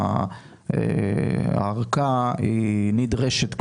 הארכה היא נדרשת כבר.